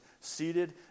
Seated